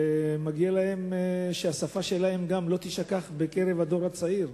ומגיע להן שגם השפה שלהן לא תישכח בקרב הדור הצעיר.